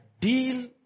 deal